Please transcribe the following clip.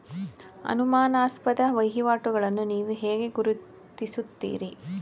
ಅನುಮಾನಾಸ್ಪದ ವಹಿವಾಟುಗಳನ್ನು ನೀವು ಹೇಗೆ ಗುರುತಿಸುತ್ತೀರಿ?